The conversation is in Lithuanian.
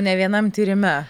ne vienam tyrime